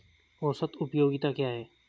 औसत उपयोगिता क्या है?